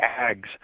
ags